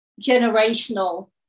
generational